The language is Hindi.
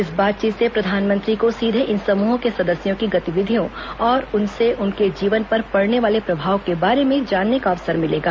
इस बातचीत से प्रधानमंत्री को सीधे इन समूहों के सदस्यों की गतिविधियों और उनसे उनके जीवन पर पड़ने वाले प्रभाव के बारे में जानने का अवसर मिलेगा